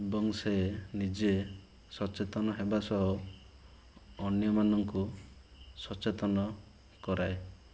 ଏବଂ ସେ ନିଜେ ସଚେତନ ହେବା ସହ ଅନ୍ୟ ମାନଙ୍କୁ ସଚେତନ କରାଏ